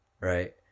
right